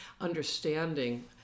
understanding